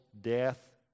death